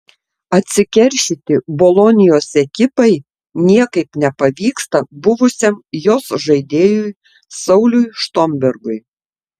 atsikeršyti bolonijos ekipai niekaip nepavyksta buvusiam jos žaidėjui sauliui štombergui